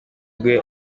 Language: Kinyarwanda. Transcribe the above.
ubwe